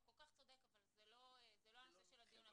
אתה כל כך צודק אבל זה לא הנושא של הדיון.